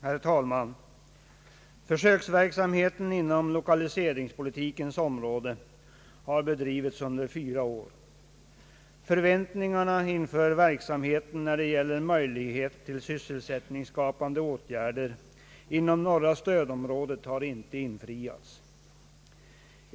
Herr talman! Försöksverksamheten inom = lokaliseringspolitikens område har bedrivits under fyra år. Förväntningarna inför verksamheten när det gäller möjlighet till sysselsättningsskapande åtgärder inom norra stödområdet har inte infriats.